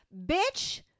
Bitch